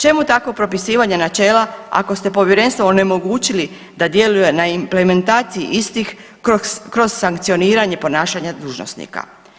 Čemu takvo propisivanje načela ako ste Povjerenstvo onemogućili da djeluje na implementaciji istih kroz sankcioniranje ponašanja dužnosnika?